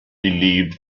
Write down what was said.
relieved